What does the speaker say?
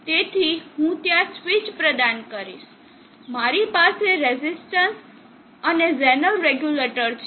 તેથી હું ત્યાં સ્વીચ પ્રદાન કરીશ મારી પાસે રેઝિસ્ટન્સ અને ઝેનર રેગ્યુલેટર છે